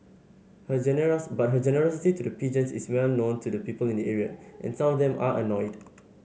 her generous but her generosity to the pigeons is well known to people in the area and some of them are annoyed